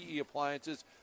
appliances